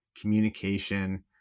communication